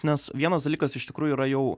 nes vienas dalykas iš tikrųjų yra jau